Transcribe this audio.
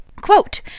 Quote